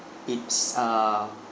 it's err